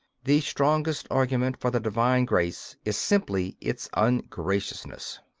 the strongest argument for the divine grace is simply its ungraciousness.